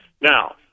Now